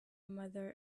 mother